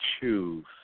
choose